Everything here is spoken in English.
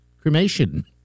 cremation